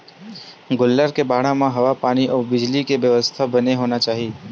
गोल्लर के बाड़ा म हवा पानी अउ बिजली के बेवस्था बने होना चाही